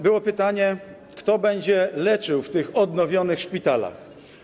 Było pytanie, kto będzie leczył w tych odnowionych szpitalach.